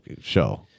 show